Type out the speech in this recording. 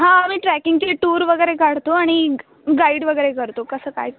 हां आम्ही ट्रॅकिंगचे टूर वगैरे काढतो आणि ग गाईड वगैरे करतो कसं काय